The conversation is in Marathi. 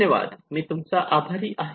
धन्यवाद मी तूमचा आभारी आहे